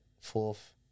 fourth